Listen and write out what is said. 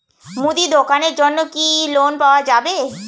মুদি দোকানের জন্যে কি লোন পাওয়া যাবে?